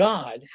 God